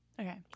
Okay